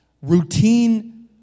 Routine